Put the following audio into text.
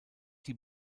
die